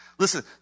Listen